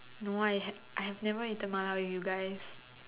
no I have I have never eaten mala with you guys